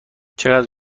چقدر